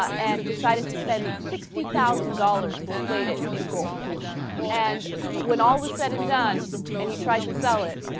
ah and decided to spend sixty thousand dollars to plated in gold and when all is said and done and he tried to sell it